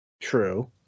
True